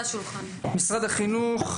משרד החינוך.